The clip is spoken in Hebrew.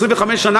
25 שנה,